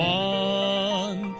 one